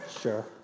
sure